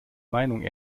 meinung